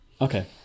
Okay